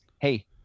hey